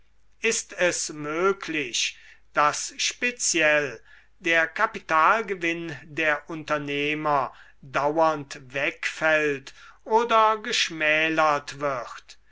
ist es möglich daß speziell der kapitalgewinn der unternehmer dauernd wegfällt oder geschmälert wird